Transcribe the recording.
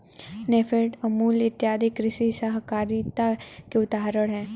नेफेड, अमूल इत्यादि कृषि सहकारिता के उदाहरण हैं